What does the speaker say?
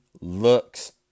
looks